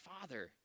father